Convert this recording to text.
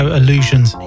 Illusions